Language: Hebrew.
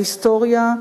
ההיסטוריה,